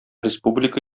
республика